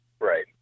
Right